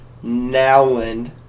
Nowland